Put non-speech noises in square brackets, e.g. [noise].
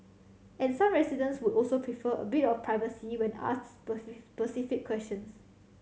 and some residents would also prefer a bit of privacy when asks [unintelligible] specific questions